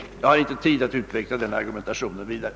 — Jag har inte tid att utveckla den argumentationen vidare.